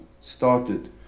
started